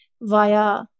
via